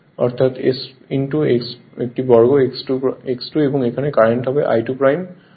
অর্থাৎ s একটি বর্গ X 2 এবং এখানে কারেন্ট হবে I2